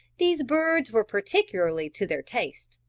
these birds were particularly to their taste,